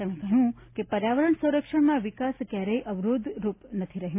તેમણે કહ્યું કે પર્યાવરણ સંરક્ષણમાં વિકાસ ક્યારેક અવરોધરૂપ નથી રહ્યું